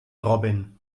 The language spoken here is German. robin